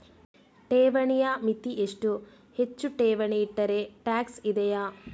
ಠೇವಣಿಯ ಮಿತಿ ಎಷ್ಟು, ಹೆಚ್ಚು ಠೇವಣಿ ಇಟ್ಟರೆ ಟ್ಯಾಕ್ಸ್ ಇದೆಯಾ?